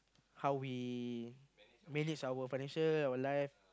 how we manage our financial our life